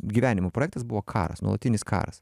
gyvenimo projektas buvo karas nuolatinis karas